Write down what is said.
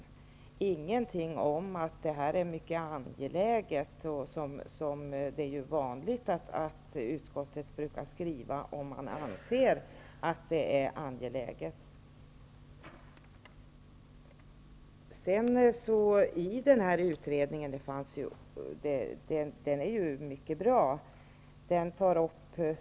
Det sägs ingenting om att detta är mycket angeläget. Det brukar utskottet skriva när man anser att en fråga är angelägen. Utredningen i fråga är mycket bra.